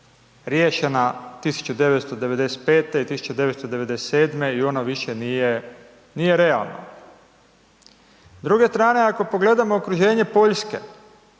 riješena 1995. i 1997. i ona više nije realna. S druge strane ako pogledamo okruženje Poljske,